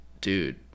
dude